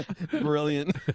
Brilliant